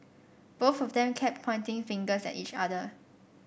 both of them kept pointing fingers at each other